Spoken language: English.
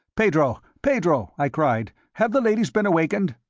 pedro! pedro! i cried, have the ladies been awakened?